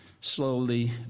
slowly